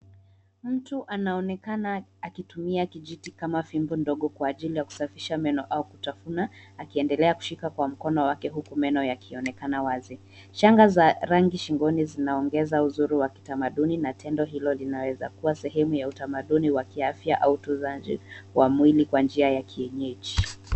Mtu anaonekana akitumia kijiti kama fimbo ndogo kwa ajili ya kusafisha meno au kutafuna, akiendelea kushika kwa mkono wake huko meno yakionekana wazi. Shanga za rangi shingoni zinaongeza uzuri wa kitamaduni na tendo hilo linaweza kuwa sehemu ya utamaduni wa kiafya au utunzaji wa mwili kwa njia ya kienyeji.